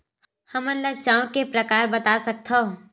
हमन ला चांउर के प्रकार बता सकत हव?